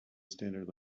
standard